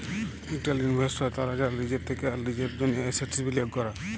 retail investors তারা যারা লিজের থেক্যে আর লিজের জন্হে এসেটস বিলিয়গ ক্যরে